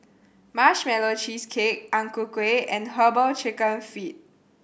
Marshmallow Cheesecake Ang Ku Kueh and Herbal Chicken Feet